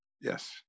Yes